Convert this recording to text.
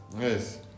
Yes